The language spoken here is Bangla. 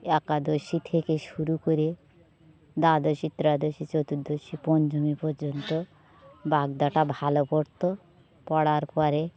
একাদশী থেকে শুরু করে দ্বাদশী ত্রয়োদশী চতুর্দশী পঞ্চমী পর্যন্ত বাগদাটা ভালো পড়ত পড়ার পরে